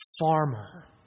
farmer